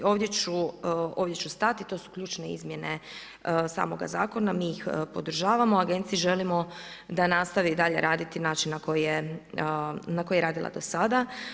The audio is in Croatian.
Ovdje ću stati, to su ključne izmjene samoga zakona, mi ih podržavamo, agenciji želimo da nastavi dalje raditi na način na koji je radila do sada.